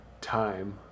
time